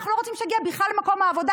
אנחנו לא רוצים שתגיע בכלל למקום העבודה,